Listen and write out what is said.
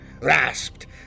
rasped